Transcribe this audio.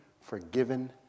forgiven